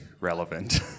relevant